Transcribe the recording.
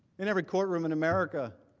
in every courtroom in america